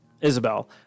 Isabel